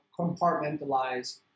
compartmentalize